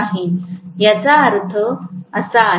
असा याचा अर्थ आहे